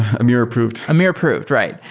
amir approved amir approved. right.